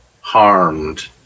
harmed